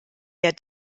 der